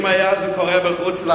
אם זה היה קורה בחוץ-לארץ,